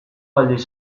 aldiz